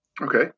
Okay